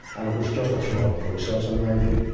and it was just a flawed process, in my view.